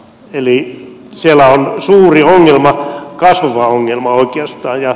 eli siellä on suuri ongelma kasvava ongelma oikeastaan